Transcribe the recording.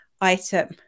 item